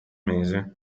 mese